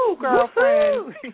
girlfriend